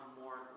more